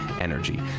energy